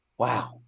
Wow